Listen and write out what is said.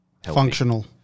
Functional